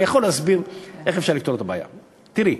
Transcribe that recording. אני יכול להסביר איך אפשר לפתור את הבעיה: תראי,